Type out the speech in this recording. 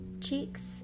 cheeks